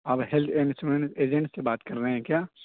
آپ health insurance agent سے بات کر رہے ہیں کیا